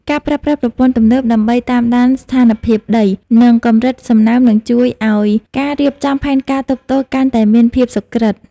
ការប្រើប្រាស់ប្រព័ន្ធទំនើបដើម្បីតាមដានស្ថានភាពដី និងកម្រិតសំណើមនឹងជួយឱ្យការរៀបចំផែនការទប់ទល់កាន់តែមានភាពសុក្រិត។